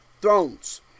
thrones